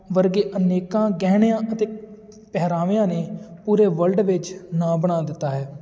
ਵਰਗੇ ਅਨੇਕਾਂ ਗਹਿਣਿਆਂ ਅਤੇ ਪਹਿਰਾਵਿਆਂ ਨੇ ਪੂਰੇ ਵਰਲਡ ਵਿੱਚ ਨਾਂ ਬਣਾ ਦਿੱਤਾ ਹੈ